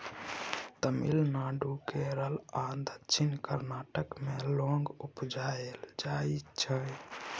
तमिलनाडु, केरल आ दक्षिण कर्नाटक मे लौंग उपजाएल जाइ छै